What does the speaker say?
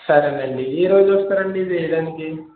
సరేనండి ఏ రోజు వస్తారండి ఇది వెయ్యడానికి